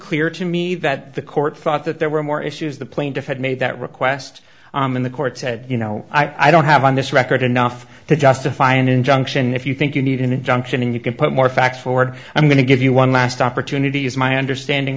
clear to me that the court thought that there were more issues the plaintiff had made that request in the court said you know i don't have on this record enough to justify an injunction if you think you need an injunction and you can put more facts forward i'm going to give you one last opportunity as my understanding